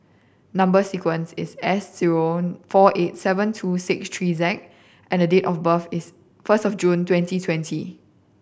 number sequence is S zero four eight seven two six three Z and date of birth is first of June twenty twenty